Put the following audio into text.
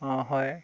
অ' হয়